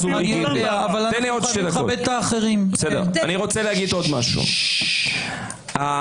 נוח לכם בשמאל מדי פעם כרגיל לעשות כל מיני אמירות,